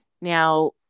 Now